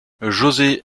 josé